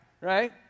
right